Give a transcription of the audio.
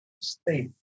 state